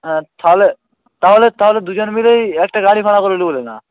হ্যাঁ তাহলে তাহলে তাহলে দুজনে মিলেই একটা গাড়ি ভাড়া করে নেব লে না